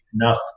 enough